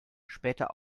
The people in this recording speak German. später